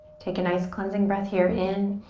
take a nice cleansing breath here in.